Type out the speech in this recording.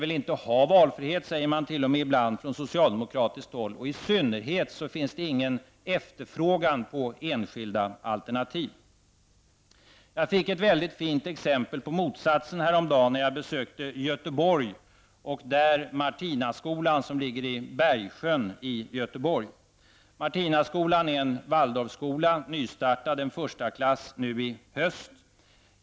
Man säger t.o.m. ibland från socialdemokratiskt håll att människor inte vill ha valfrihet, och det finns i synnerhet ingen efterfrågan på enskilda alternativ. Jag fick häromdagen ett mycket bra exempel på motsatsen när jag besökte Martinaskolan som ligger i Bergsjön i Göteborg. Martinaskolan är en Waldorfskola med en nystartad förstaklass nu i höst.